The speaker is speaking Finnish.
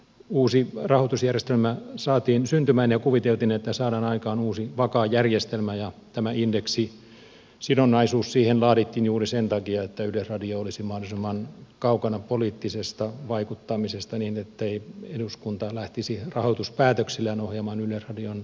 uusi rahoitusjärjestelmä saatiin syntymään ja kuviteltiin että saadaan aikaan uusi vakaa järjestelmä ja tämä indeksisidonnaisuus siihen laadittiin juuri sen takia että yleisradio olisi mahdollisimman kaukana poliittisesta vaikuttamisesta niin ettei eduskunta lähtisi rahoituspäätöksillään ohjaamaan yleisradion journalistista toimintaa